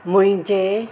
मुंहिंजे